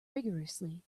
rigourously